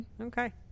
Okay